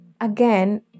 again